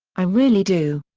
i really do.